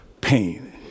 pain